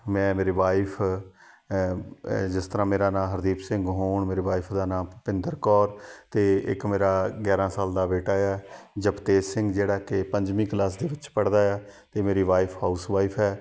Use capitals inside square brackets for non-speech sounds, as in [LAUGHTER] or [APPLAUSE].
ਮੈਂ ਮੇਰੇ ਵਾਈਫ ਜਿਸ ਤਰ੍ਹਾਂ ਮੇਰਾ ਨਾਂ ਹਰਦੀਪ ਸਿੰਘ [UNINTELLIGIBLE] ਮੇਰੇ ਵਾਈਫ ਦਾ ਨਾਮ ਭੁਪਿੰਦਰ ਕੌਰ ਅਤੇ ਇੱਕ ਮੇਰਾ ਗਿਆਰ੍ਹਾਂ ਸਾਲ ਦਾ ਬੇਟਾ ਹੈ ਜਪਤੇਜ ਸਿੰਘ ਜਿਹੜਾ ਕਿ ਪੰਜਵੀਂ ਕਲਾਸ ਦੇ ਵਿੱਚ ਪੜ੍ਹਦਾ ਹੈ ਅਤੇ ਮੇਰੀ ਵਾਈਫ ਹਾਊਸਵਾਈਫ ਹੈ